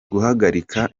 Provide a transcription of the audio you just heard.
guhagarika